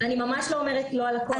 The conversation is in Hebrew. אני ממש לא אומרת לא על הכול.